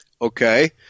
Okay